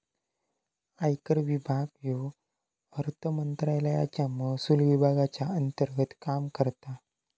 आयकर विभाग ह्यो अर्थमंत्रालयाच्या महसुल विभागाच्या अंतर्गत काम करता